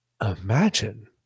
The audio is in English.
Imagine